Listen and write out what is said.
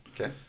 Okay